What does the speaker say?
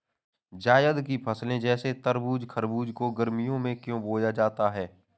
जायद की फसले जैसे तरबूज़ खरबूज को गर्मियों में क्यो बोया जाता है?